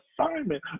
assignment